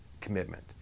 commitment